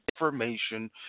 information